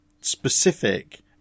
specific